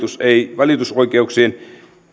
valitusoikeuksien